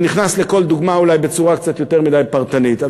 אני נכנס לכל דוגמה אולי בצורה קצת יותר מדי פרטנית,